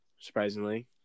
surprisingly